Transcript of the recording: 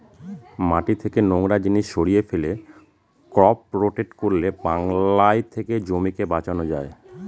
মাটি থেকে নোংরা জিনিস সরিয়ে ফেলে, ক্রপ রোটেট করলে বালাই থেকে জমিকে বাঁচানো যায়